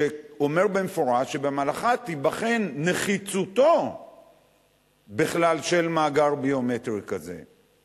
שאומר במפורש שבמהלכה תיבחן נחיצותו של מאגר ביומטרי כזה בכלל.